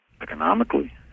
economically